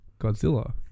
Godzilla